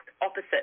opposite